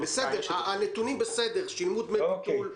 הנתונים בסדר, שילמו דמי ביטול.